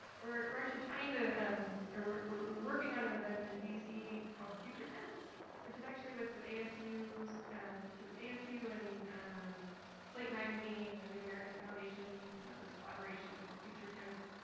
we're we're actually trying to um ah we're working on an event in d c. called future tense which is actually with the asus so asu and um slate magazine and the new america foundation. they have this collaboration called future tense.